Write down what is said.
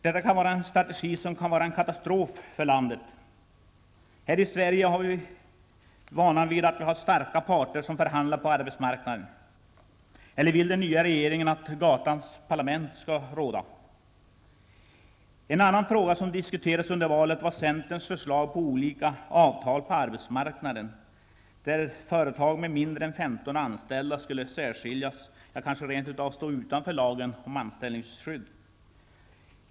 Detta kan vara en strategi som kan vara en katastrof för landet. Här i Sverige är vi vana vid starka parter som förhandlar på arbetsmarknaden, eller vill den nya regeringen att gatans parlament skall råda? En annan fråga som diskuterades under valet var centerns förslag om olika avtal på arbetsmarknaden, där företag med mindre än femton anställda skulle särskiljas, ja, kanske rent av stå utanför lagen om anställningsskydd.